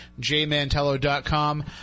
jmantello.com